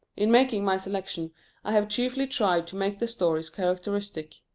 in making my selection i have chiefly tried to make the stories characteristic.